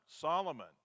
Solomon